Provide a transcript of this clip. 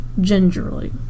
gingerly